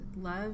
love